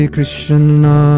Krishna